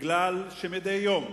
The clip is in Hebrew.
כי מדי יום